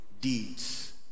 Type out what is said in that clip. deeds